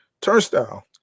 turnstile